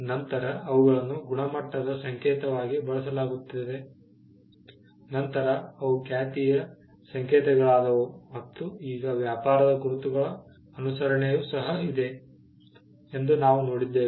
ನಂತರ ಅವುಗಳನ್ನು ಗುಣಮಟ್ಟದ ಸಂಕೇತವಾಗಿ ಬಳಸಲಾಗುತ್ತಿದೆ ನಂತರ ಅವು ಖ್ಯಾತಿಯ ಸಂಕೇತಗಳಾದವು ಮತ್ತು ಈಗ ವ್ಯಾಪಾರದ ಗುರುತುಗಳ ಅನುಸರಣೆಯೂ ಸಹ ಇದೆ ಎಂದು ನಾವು ನೋಡಿದ್ದೇವೆ